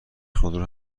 خودرو